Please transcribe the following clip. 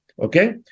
okay